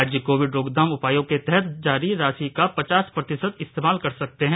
राज्य कोविड रोकथाम उपायों के तहत जारी राशि का पचास प्रतिशत इस्तेमाल कर सकते हैं